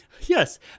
Yes